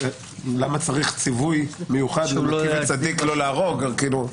למה צריך ציווי מיוחד לא להרוג צדיק?